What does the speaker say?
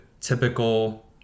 typical